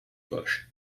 bush